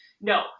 No